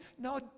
no